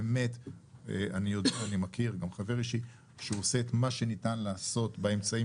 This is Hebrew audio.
אני יודע שהוא באמת עושה את מה שניתן לעשות באמצעים